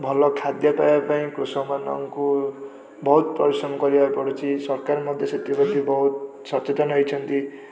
ଭଲ ଖାଦ୍ୟ ପାଇବାପାଇଁ କୃଷକମାନଙ୍କୁ ବହୁତ ପରିଶ୍ରମ କରିବାକୁ ପଡ଼ୁଛି ସରକାର ମଧ୍ୟ ସେଥିପ୍ରତି ବହୁତ ସଚେତନ ହେଇଛନ୍ତି